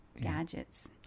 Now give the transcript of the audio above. Gadgets